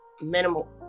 minimal